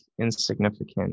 insignificant